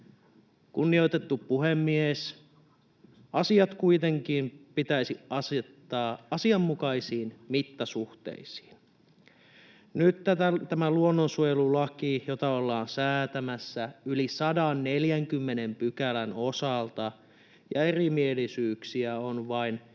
Kunnioitettu puhemies! Asiat kuitenkin pitäisi asettaa asianmukaisiin mittasuhteisiin. Nyt tätä luonnonsuojelulakia ollaan säätämässä yli 140 pykälän osalta, ja erimielisyyksiä on vain